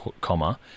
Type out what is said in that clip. comma